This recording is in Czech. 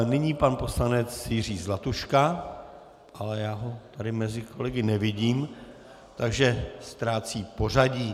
Nyní pan poslanec Jiří Zlatuška, ale já ho tady mezi kolegy nevidím, takže ztrácí pořadí.